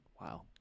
Wow